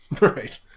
Right